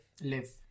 Live